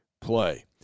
play